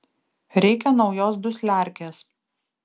reikia naujos dusliarkės